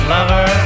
lover